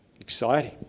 Exciting